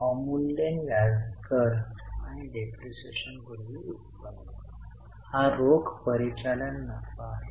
अवमूल्यन व्याज कर आणि डेप्रिसिएशनपूर्वी उत्पन्न हा रोख परिचालन नफा आहे